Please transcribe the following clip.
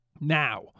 Now